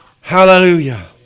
Hallelujah